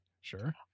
sure